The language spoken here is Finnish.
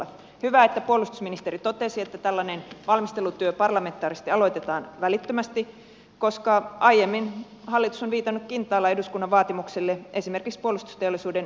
hyvä että puolustusministeri totesi että tällainen valmistelutyö parlamentaarisesti aloitetaan välittömästi koska aiemmin hallitus on viitannut kintaalla eduskunnan vaatimuksille esimerkiksi puolustusteollisuuden tulevaisuusselvityksestä